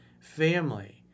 family